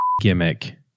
gimmick